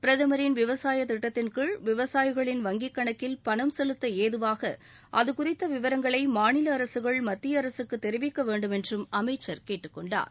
பிரதமரின் விவசாயத் திட்டத்தின் கீழ் விவசாயிகளின் வங்கிக் கணக்கில் பணம் செலுத்த ஏதுவாக அதுகுறித்த விவரங்களை மாநில அரசுகள் மத்திய அரசுக்கு தெரிவிக்க வேண்டுமென்றும் அமைச்சர் கேட்டுக் கொண்டார்